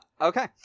Okay